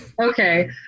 okay